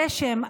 גשם,